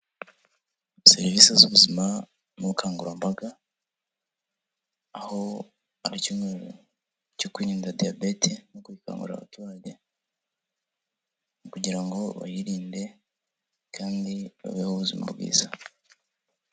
Serivisi z'ubuzima n'ubukangurambaga, aho ari icyumweru cyo kwirinda diyabete no gukangurira abaturage, kugira ngo bayirinde, kandi babeho ubuzima bwiza.